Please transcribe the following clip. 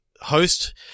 host